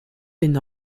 been